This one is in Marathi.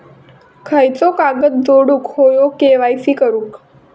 खयचो कागद जोडुक होयो के.वाय.सी करूक?